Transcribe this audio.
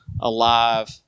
alive